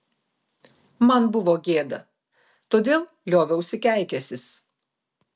man buvo gėda todėl lioviausi keikęsis